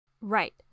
Right